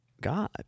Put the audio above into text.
God